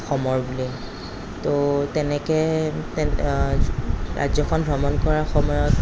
অসমৰ বুলি তৌ তেনেকৈ তেন্তে ৰাজ্যখন ভ্ৰমণ কৰাৰ সময়ত